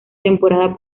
temporada